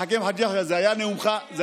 לקחת חוקים מלפני מאה שנים,